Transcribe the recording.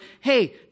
hey